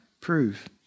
prove